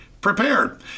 prepared